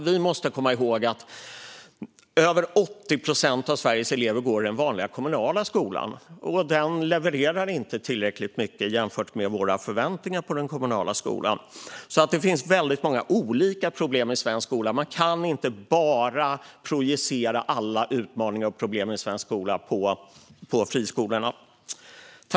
Vi måste komma ihåg att över 80 procent av Sveriges elever går i den vanliga kommunala skolan. Den levererar inte tillräckligt mycket jämfört med våra förväntningar på den kommunala skolan. Det finns många olika problem i svensk skola. Man kan inte projicera alla utmaningar och problem i svensk skola på friskolorna.